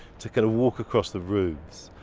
take a walk across the grooves.